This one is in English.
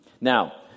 Now